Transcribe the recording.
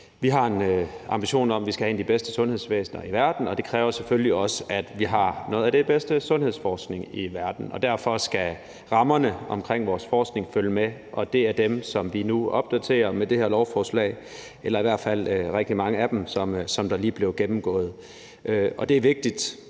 Vi har en ambition om, at vi skal have et af de bedste sundhedsvæsener i verden, og det kræver selvfølgelig også, at vi har noget af den bedste sundhedsforskning i verden. Derfor skal rammerne omkring vores forskning følge med, og det er dem, som vi nu opdaterer med det her lovforslag – eller i hvert fald rigtig mange af dem – og som lige blev gennemgået. Det er vigtigt,